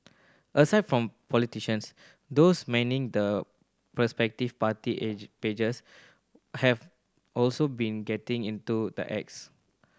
aside from politicians those manning the respective party age pages have also been getting into the acts